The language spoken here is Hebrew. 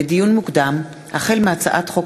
לדיון מוקדם: החל בהצעת חוק